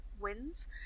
wins